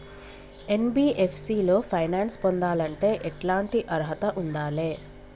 NBFC లో finance పొందాలంటే ఎట్లాంటి అర్హత ఉండాలే?